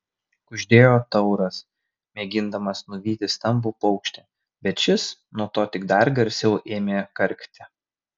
kuždėjo tauras mėgindamas nuvyti stambų paukštį bet šis nuo to tik dar garsiau ėmė karkti